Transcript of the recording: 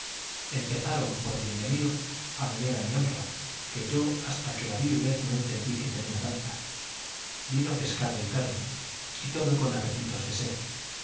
empezaron por bienvenido a beber a mi honra que yo hasta que la vi beber no entendí que tenía tanta vino pescado y carne y todo con apetitos de sed